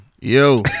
Yo